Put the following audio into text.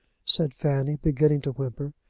said fanny, beginning to whimper.